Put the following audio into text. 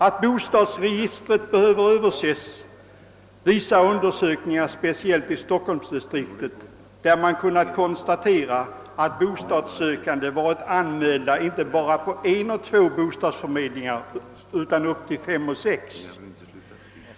Att bostadsregistret behöver överses visar undersökningar speciellt i stockholmsdistriktet, där man kunnat konstatera att bostadssökande varit anmälda inte bara på en och två bostadsförmedlingar utan på upp till fem och sex.